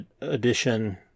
edition